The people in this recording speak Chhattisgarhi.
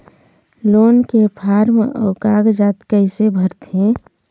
लोन के फार्म अऊ कागजात कइसे भरथें?